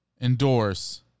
Endorse